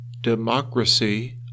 democracy